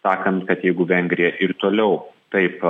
sakant kad jeigu vengrija ir toliau taip